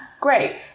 great